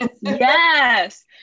Yes